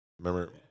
Remember